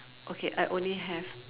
okay I only have